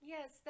Yes